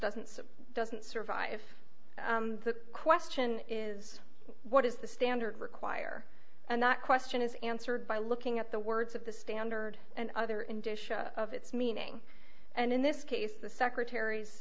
suit doesn't survive if the question is what is the standard require and that question is answered by looking at the words of the standard and other in disha of its meaning and in this case the secretar